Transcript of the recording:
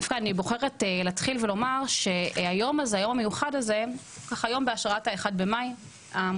אני בוחרת להתחיל ולומר שהיום המיוחד הזה בהשראת 1 במאי כי כנס